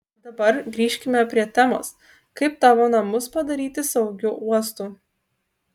dabar grįžkime prie temos kaip tavo namus padaryti saugiu uostu